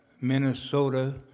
Minnesota